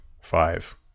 five